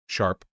Sharp